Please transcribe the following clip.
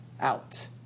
out